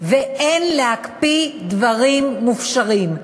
ואין להקפיא דברים מופשרים.